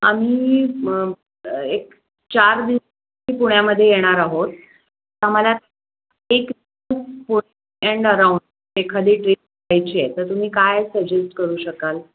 आम्ही एक चार दिवसासाठी पुण्यामध्ये येणार आहोत आम्हाला एक पुणे अँड अराउंड एखादी ट्रीप करायची आहे तर तुम्ही काय सजेस्ट करू शकाल